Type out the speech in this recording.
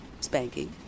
spanking